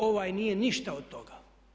Ovaj nije ništa od toga.